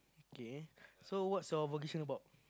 okay so what's your vocation about